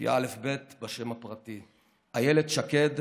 לפי האל"ף-בי"ת בשם הפרטי: אילת שקד,